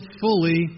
fully